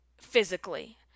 physically